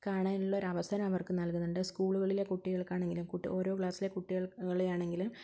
കാണാനുള്ള ഒരവസരം അവർക്ക് നൽകുന്നുണ്ട് സ്കൂളുകളിലെ കുട്ടികൾക്കാണെങ്കിൽ കുട്ടി ഓരോ ക്ലാസിലെ കുട്ടികളെയാണെങ്കിലും